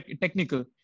technical